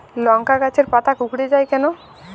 লংকা গাছের পাতা কুকড়ে যায় কেনো?